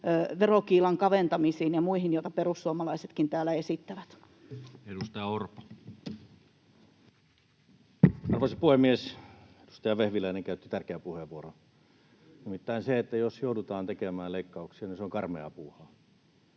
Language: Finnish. verokiilan kaventamisiin ja muihin, joita perussuomalaisetkin täällä esittävät? Edustaja Orpo. Arvoisa puhemies! Edustaja Vehviläinen käytti tärkeän puheenvuoron. Nimittäin se, jos joudutaan tekemään leikkauksia, on karmeaa puuhaa,